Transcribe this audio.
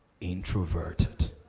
introverted